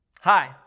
Hi